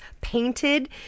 painted